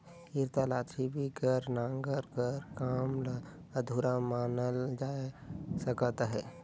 इरता लाठी बिगर नांगर कर काम ल अधुरा मानल जाए सकत अहे